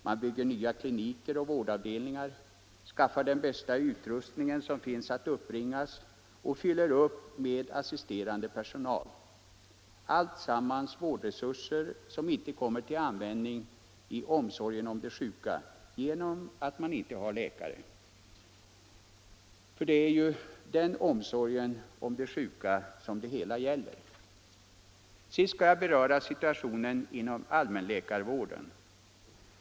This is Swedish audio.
Man bygger nya kliniker och vårdavdelningar, skaffar den bästa utrustningen och fyller upp med assisterande personal. Alltsammans är vårdresurser som inte kommer till användning i omsorgen om de sjuka — därför att man inte har läkare. Det är ju den omsorgen om de sjuka som det hela gäller! Sist skall jag beröra situationen inom allmänläkarvården.